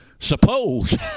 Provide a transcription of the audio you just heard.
Suppose